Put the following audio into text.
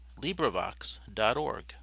LibriVox.org